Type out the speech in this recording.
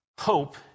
Hope